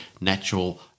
natural